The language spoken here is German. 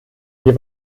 hier